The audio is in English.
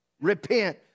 Repent